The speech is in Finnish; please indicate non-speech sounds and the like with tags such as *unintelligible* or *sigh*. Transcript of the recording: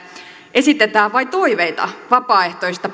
esitetään vain toiveita vapaaehtoisista *unintelligible*